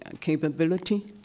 capability